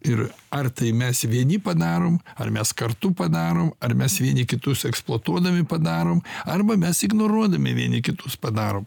ir ar tai mes vieni padarom ar mes kartu padarom ar mes vieni kitus eksploatuodami padarom arba mes ignoruodami vieni kitus padaro